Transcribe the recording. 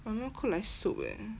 my mum cook like soup eh